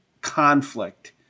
conflict